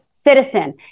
citizen